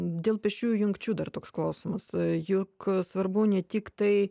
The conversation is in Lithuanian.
dėl šių jungčių dar toks klausimas juk svarbu ne tik tai